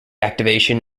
activation